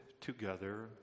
together